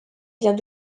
vient